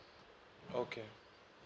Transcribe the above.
okay